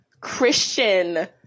Christian